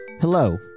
Hello